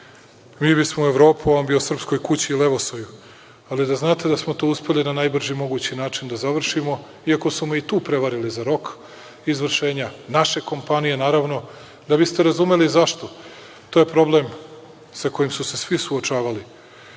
Mi bismo u Evropu, a on bi o Srpskoj kući Levosoju. Ali da znate da smo to uspeli na najbrži mogući način da završimo i ako su me i tu prevarili za rok izvršenja, naše kompanije naravno. Da biste razumeli zašto, to je problem sa kojim su se svi suočavali